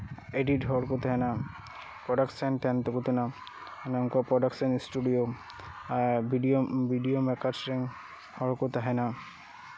edit ᱦᱚᱲ ᱠᱚ ᱛᱟᱦᱮᱸᱱᱟ ᱯᱨᱚᱰᱟᱠᱥᱮᱱ ᱛᱟᱭᱚᱢ ᱛᱮᱠᱚ ᱛᱟᱦᱮᱸᱱᱟ ᱢᱟᱱᱮ ᱩᱱᱠᱩᱣᱟᱜ ᱯᱨᱚᱰᱟᱠᱥᱮᱱ ᱤᱥᱴᱩᱰᱤᱭᱳ ᱟᱨ ᱵᱷᱤᱰᱤᱭᱳ ᱵᱤᱰᱤᱭᱳ ᱢᱮᱠᱟᱨᱥ ᱨᱮᱱ ᱦᱚᱲᱠᱚ ᱛᱟᱦᱮᱸᱱᱟ